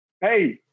Hey